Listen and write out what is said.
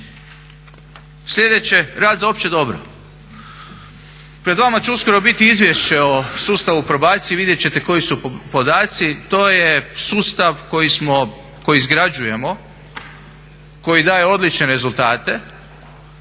Sljedeće, rad za opće dobro. Pred vama će uskoro biti izvješće o sustavu probacije, vidjeti ćete koji su podaci. To je sustav koji smo, koji izgrađujemo, koji daje odlične rezultate.